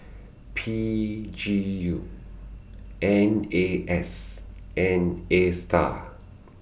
P G U N A S and ASTAR